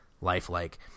lifelike